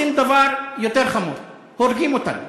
עושים דבר יותר חמור: הורגים אותן.